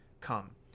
come